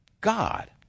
God